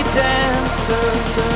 dancers